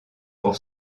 pour